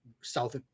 south